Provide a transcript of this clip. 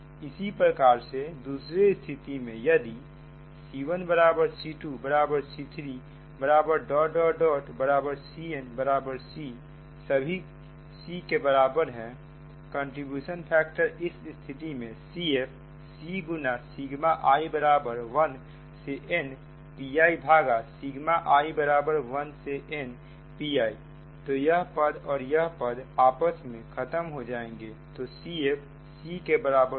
इसी प्रकार से दूसरे स्थिति में यदि c1 c2 c3 cn c सभी के C बराबर हैकंट्रीब्यूशन फैक्टर इस स्थिति में CF c गुना सिगमा i1 से n Pi भागा सिगमा i1 से n Pi तो यह पद और यह पद आपस में खत्म हो जाएंगे तो CF c के बराबर होगा